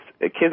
kids